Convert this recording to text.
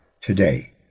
today